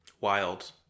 Wild